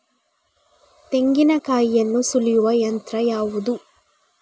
ತೆಂಗಿನಕಾಯಿಯನ್ನು ಸುಲಿಯುವ ಯಂತ್ರ ಯಾವುದು?